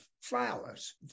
flowers